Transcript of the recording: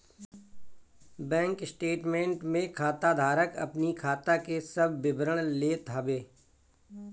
bank statement में खाता धारक अपनी खाता के सब विवरण लेत हवे